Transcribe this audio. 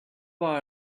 buy